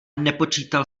nepočítal